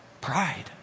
Pride